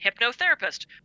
hypnotherapist